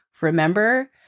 remember